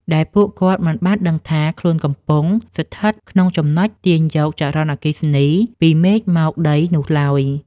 ដែលពួកគាត់មិនបានដឹងថាខ្លួនកំពុងស្ថិតក្នុងចំណុចទាញយកចរន្តអគ្គិសនីពីមេឃមកដីនោះឡើយ។